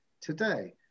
today